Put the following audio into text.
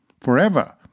forever